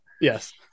Yes